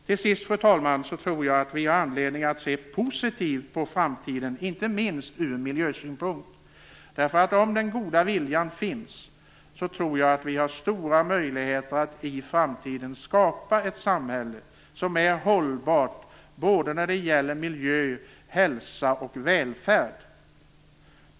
Till sist, fru talman, tror jag att vi har anledning att se positivt på framtiden, inte minst ur miljösynpunkt. Om den goda viljan finns, tror jag att vi har stora möjligheter att i framtiden skapa ett samhälle som är hållbart både när det gäller miljö, hälsa och välfärd.